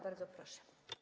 Bardzo proszę.